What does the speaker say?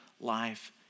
life